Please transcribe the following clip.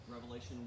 Revelation